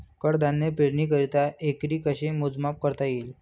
कडधान्य पेरणीकरिता एकरी कसे मोजमाप करता येईल?